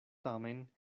tamen